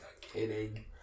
kidding